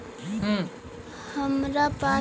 हमरा पास पुमा का पचास प्रतिशत छूट वाला कूपन रखल हई